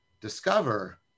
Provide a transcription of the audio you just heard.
discover